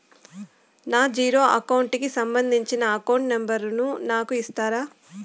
నా zero account కి సంబంధించి అకౌంట్ నెంబర్ ను నాకు ఇస్తారా